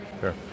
sure